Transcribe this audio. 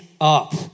up